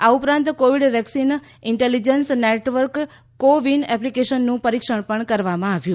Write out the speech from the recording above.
આ ઉપરાંત Covid vaccine intelligence network CoWIN એપ્લીકેશનનું પરીક્ષણ પણ કરાયું